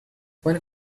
when